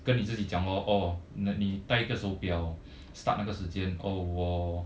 跟你自己讲 lor orh 你带一个手表 start 那个时间 oh 我